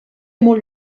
molt